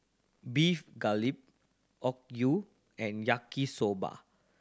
Beef Galbi Okayu and Yaki Soba